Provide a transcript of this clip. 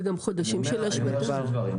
אני אומר שני דברים,